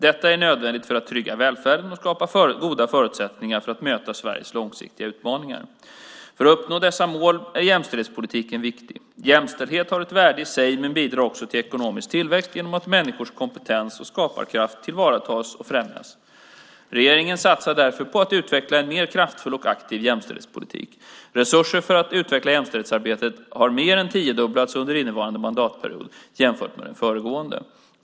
Detta är nödvändigt för att trygga välfärden och skapa goda förutsättningar för att möta Sveriges långsiktiga utmaningar. För att uppnå dessa mål är jämställdhetspolitiken viktig. Jämställdhet har ett värde i sig men bidrar också till ekonomisk tillväxt genom att människors kompetens och skaparkraft tillvaratas och främjas. Regeringen satsar därför på att utveckla en mer kraftfull och aktiv jämställdhetspolitik. Resurser för att utveckla jämställdhetsarbetet har mer än tiodubblats under innevarande mandatperiod jämfört med den föregående.